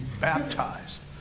baptized